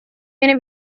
viene